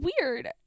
weird